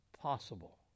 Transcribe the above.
possible